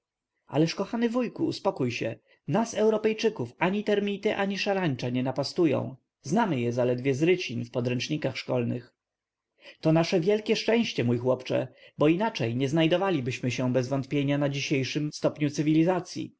ależ kochany wuju uspokój się nas europejczyków ani termity ani szarańcza nie napastują znamy je zaledwie z dzieci w podręcznikach szkolnych to nasze wielkie szczęście mój chłopcze bo inaczej nie znajdowalibyśmy się bezwątpienia na dzisiejszym stopniu cywilizacyi